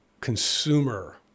consumer